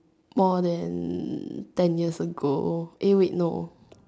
more than ten years ago eh wait no